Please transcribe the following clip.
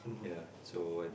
ya so I